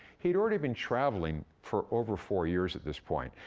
he'd already been traveling for over four years at this point.